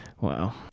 wow